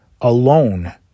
alone